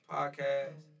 Podcast